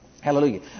Hallelujah